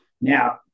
Now